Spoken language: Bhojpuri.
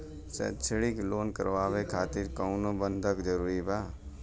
शैक्षणिक लोन करावे खातिर कउनो बंधक जरूरी बा?